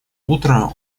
утро